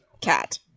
cat